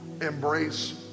embrace